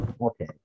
Okay